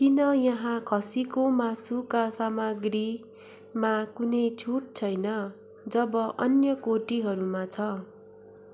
किन यहाँ खसीको मासुका सामाग्रीमा कुनै छुट छैन जब अन्य कोटिहरूमा छ